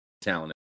Talent